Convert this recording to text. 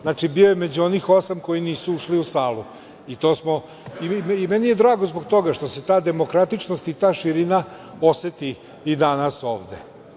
Znači, bio je među onih osam koji nisu ušli u salu i meni je drago zbog toga što se ta demokratičnost i ta širina oseti i danas, ovde.